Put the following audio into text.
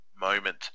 moment